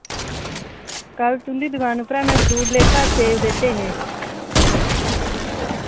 कल तुंदी दुकान उप्परा मैं फ्रूट लेता सेब लेते हे